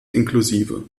inklusive